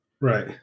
Right